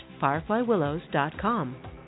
fireflywillows.com